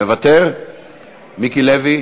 מוותר, מוותר.